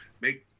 make